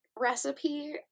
recipe